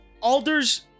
Alders